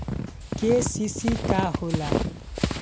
KCC का होला?